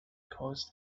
caused